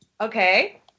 Okay